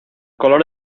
color